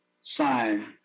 sign